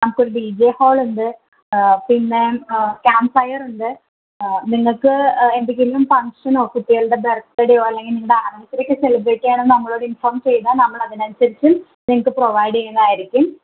നമുക്കൊരു D J ഹോളുണ്ട് പിന്നെ ക്യാമ്പ് ഫയറുണ്ട് നിങ്ങൾക്ക് എന്തെങ്കിലും ഫങ്ഷനോ കുട്ടികളുടെ ബെർത് ഡേയോ അല്ലെങ്കിൽ നിങ്ങളുടെ ആനിവേർസറിയൊക്കെ സെലിബ്റേറ്റ് ചെയ്യാൻ നമ്മളോട് ഇൻഫോം ചെയ്താൽ നമ്മളത് അതിനനുസരിച്ച് നിങ്ങൾക്ക് പ്രൊവൈഡ് ചെയ്യുന്നതായിരിക്കും